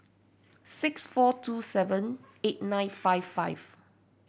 six four two seven eight nine five five